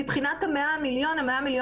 מבחינת ה-100 מיליון: